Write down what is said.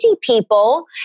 people